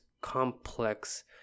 complex